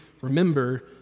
remember